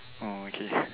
oh okay